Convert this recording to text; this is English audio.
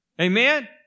Amen